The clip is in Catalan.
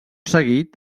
seguit